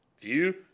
View